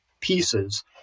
pieces